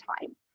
time